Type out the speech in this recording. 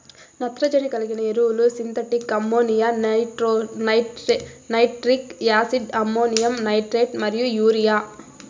నత్రజని కలిగిన ఎరువులు synthetic ammonia, nitric acid, ammonium nitrate మరియు యూరియా